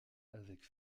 avec